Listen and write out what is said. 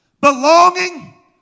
belonging